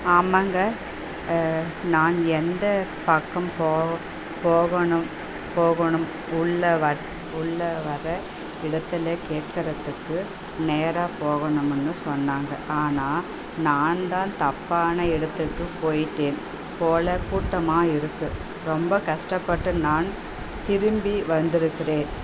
ஆமாங்க நான் எந்தப் பக்கம் போக போகணும் போகணும் உள்ளே உள்ளே வர்ற இடத்தில் கேக்கறதுக்கு நேராக போகணும்னு சொன்னாங்க ஆனால் நான் தான் தப்பான இடத்துக்கு போய்ட்டேன் போல கூட்டமாக இருக்குது ரொம்ப கஷ்டப்பட்டு நான் திரும்பி வந்துருக்கிறேன்